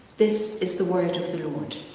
this is the word of the lord.